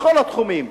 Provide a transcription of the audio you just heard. בכל התחומים: